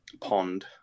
pond